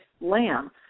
lamb